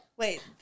Wait